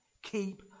Keep